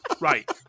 Right